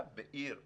בעיר חזקה,